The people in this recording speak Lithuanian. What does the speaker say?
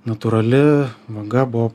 natūrali vaga buvo